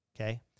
okay